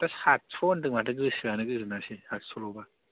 दा सादस' होन्दों माथो गोसोआनो गोजोनासै सादस'ल'बा